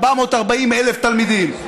בחינוך החרדי לומדים היום 440,000 תלמידים.